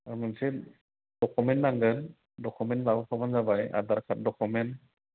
आर मोनसे डकुमेन्ट नांगोन डकुमेन्ट लाबोफाबानो जाबाय आधार कार्ड डकुमेन्ट